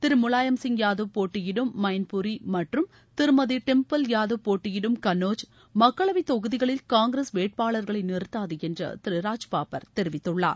திரு முலாயம் சிங் யாதவ் போட்டியிடும் மயின்புரி மற்றும் திருமதி டிம்பில் யாதவ் போட்டியிடும் கண்ணோஜ் மக்களவைத் தொகுதிகளில் காங்கிரஸ் வேட்பாளர்களை நிறுத்தாது என்று திரு ராஜ்பாப்பர் தெரிவித்துள்ளார்